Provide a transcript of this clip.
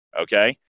Okay